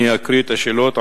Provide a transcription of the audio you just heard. אני אקרא את השאלות.